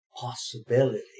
possibility